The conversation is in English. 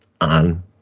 on